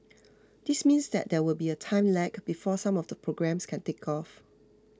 this means that there will be a time lag before some of the programmes can take off